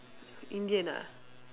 indian ah